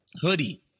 hoodie